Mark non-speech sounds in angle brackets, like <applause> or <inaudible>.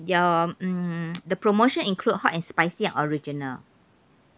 your mm <noise> the promotion include hot and spicy and original